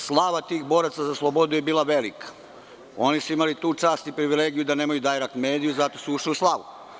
Slava tih boraca za slobodu je bila velika i oni su imali tu čast i privilegiju da nemaju Dajrekt medije i zato su ušli u slavu.